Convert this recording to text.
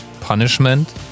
punishment